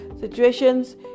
situations